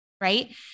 right